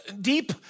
deep